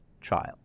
child